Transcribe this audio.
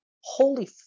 holy